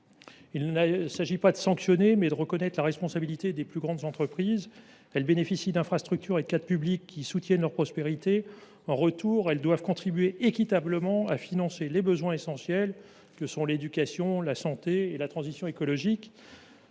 Il s’agit non pas de sanctionner, mais de reconnaître la responsabilité des plus grandes entreprises. Celles ci bénéficient d’infrastructures et d’un cadre public qui soutiennent leur prospérité. En retour, elles doivent contribuer équitablement à financer les besoins essentiels que sont l’éducation, la santé et la transition écologique.